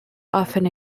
often